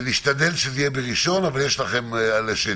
נשתדל שזה יהיה ביום ראשון, אבל יש לכם עד שני.